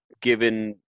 given